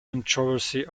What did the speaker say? controversy